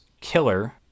killer